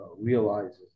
realizes